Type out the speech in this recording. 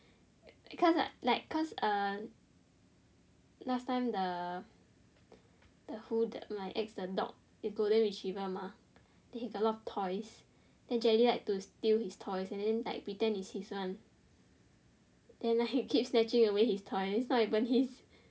cause like cause last time the the who the my ex the dog the golden retriever mah then he got a lot of toys then jelly like to steal his toys and then like pretend it's his one then like he keep snatching away his toys it's not even he's